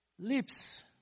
lips